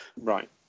right